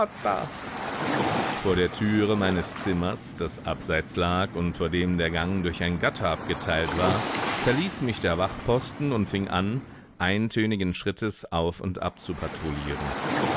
vor der türe meines zimmers das abseits lag und vor dem der gang durch ein gatter abgeteilt war verließ mich der wachtposten und fing an eintönigen schrittes auf und ab zu patrouillieren